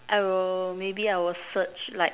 I will maybe I will search like